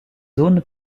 zone